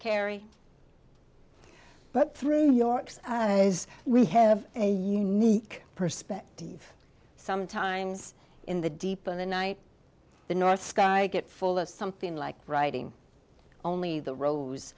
but through your eyes we have a unique perspective sometimes in the deep of the night the north sky get full of something like writing only the ro